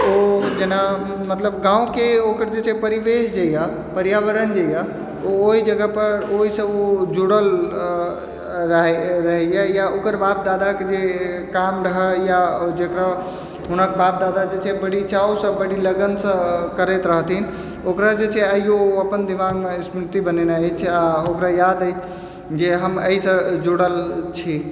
ओ जेना मतलब गाँवके ओकर जे छै परिवेश जे यऽ पर्यावरण जे यऽ ओहि जगहपर ओहिसँ ओ जुड़ल रहैए ओकर बाप दादाके जे काम रहैए जकरा हुनक बाप दादा जे छै जे बड़ी चावसँ बड़ी लगनसँ करैत रहथिन ओकरा जे छै आइयो ओ अपन दिमागमे स्मृति बनेने अछि आ ओकरा याद अछि जे हम एहि सँ जुड़ल छी